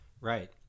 right